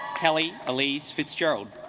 kelly elise fitzgerald